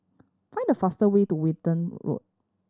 find the faster way to Walton Road